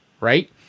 right